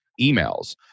emails